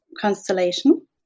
constellation